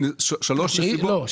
שלוש נסיבות --- לא,